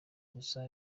gusa